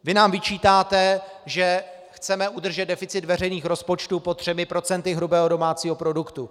Vy nám vyčítáte, že chceme udržet deficit veřejných rozpočtů pod 3 % hrubého domácího produktu.